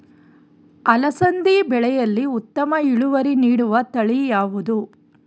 ಅಲಸಂದಿ ಬೆಳೆಯಲ್ಲಿ ಉತ್ತಮ ಇಳುವರಿ ನೀಡುವ ತಳಿ ಯಾವುದು?